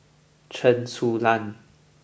Chen Su Lan